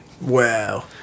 wow